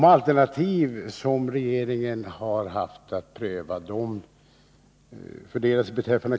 Herr talman!